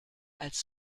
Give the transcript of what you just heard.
als